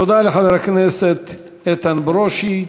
תודה לחבר הכנסת איתן ברושי.